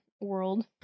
world